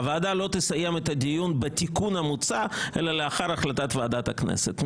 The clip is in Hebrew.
הוועדה לא תסיים את הדיון בתיקון המוצע אלא לאחר החלטת ועדת הכנסת".